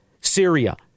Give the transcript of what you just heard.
Syria